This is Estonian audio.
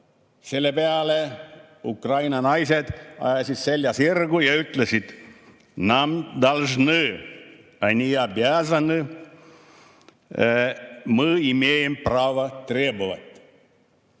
Selle peale Ukraina naised ajasid selja sirgu ja ütlesid: "Nam dolžnõ! Oni objazanõ! Mõ imejem pravo trebovat!"